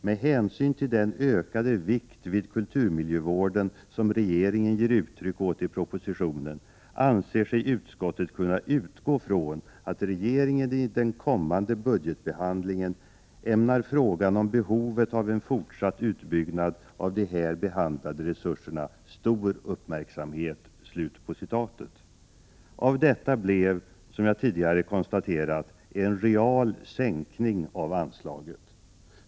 ——— Med hänsyn till den ökade vikt vid kulturmiljövården som regeringen ger uttryck åt i propositionen anser sig utskottet kunna utgå från att regeringen i den kommande budgetbehandlingen ägnar frågan om behovet av en fortsatt utbyggnad av de här behandlade resurserna stor uppmärksamhet.” Av detta blev, som jag tidigare har konstaterat, en real sänkning av anslaget.